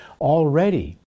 Already